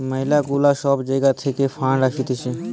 ম্যালা গুলা সব জাগা থাকে ফান্ড আসতিছে